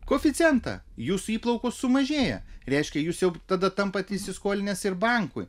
koeficientą jūsų įplaukos sumažėja reiškia jūs jau tada tampate įsiskolinęs ir bankui